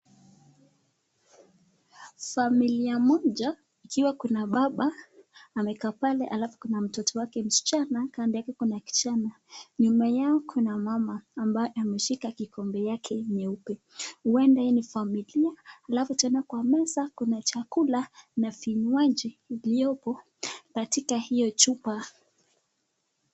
Familia moja ikiwa kuna baba amekaa pale alafu kuna mtoto wake msichana kando yake kuna kijana, nyuma yao kuna mama ambaye ameshika kikombe yake nyeupe. Huenda hii ni familia alafu tena kwa meza kuna chakula na vinywaji yaliyopo katika hiyo chupa.